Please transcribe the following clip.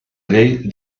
llei